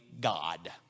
God